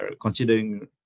considering